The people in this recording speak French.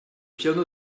piano